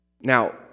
Now